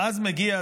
ואז מגיע,